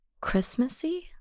Christmassy